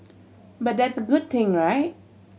but that's good thing right